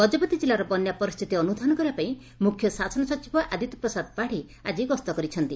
ଗଜପତି ଜିଲ୍ଲାରେ ବନ୍ୟା ପରିସ୍ଥିତି ଅନୁଧ୍ଧାନ କରିବା ପାଇଁ ମୁଖ୍ୟ ଶାସନ ସଚିବ ଆଦିତ୍ୟ ପ୍ରସାଦ ପାତ୍ୀ ଆଜି ଗସ୍ତ କରିଛନ୍ତି